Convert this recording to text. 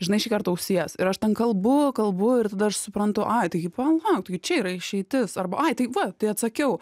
žinai šįkart ausies ir aš ten kalbu kalbu ir tada aš suprantu ai taigi palauk taigi čia yra išeitis arba ai tai va tai atsakiau